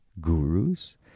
gurus